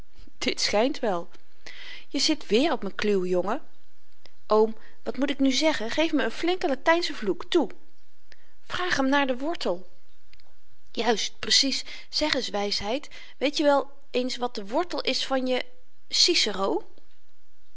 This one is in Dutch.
schynt wel je zit weer op m'n kluw jongen oom wat moet ik nu zeggen geef me n flinken latynschen vloek toe vraag m naar den wortel juist precies zeg eens wysheid weet je wel eens wat de wortel is van je cicero